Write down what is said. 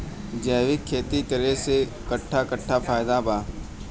जैविक खेती करे से कट्ठा कट्ठा फायदा बा?